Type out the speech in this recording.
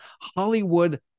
Hollywood